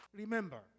Remember